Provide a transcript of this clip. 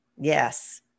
Yes